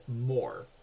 more